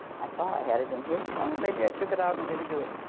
i thought i had it in here. well, maybe i took it out and didn't do it.